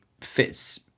fits